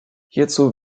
hierzu